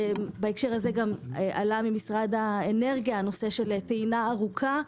בהקשר הזה גם עלה ממשרד האנרגיה הנושא של טעינה ארוכה.